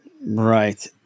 Right